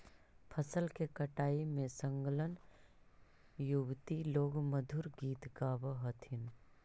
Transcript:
फसल के कटाई में संलग्न युवति लोग मधुर गीत गावऽ हथिन